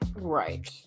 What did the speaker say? Right